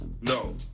No